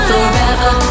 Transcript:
Forever